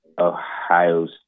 Ohio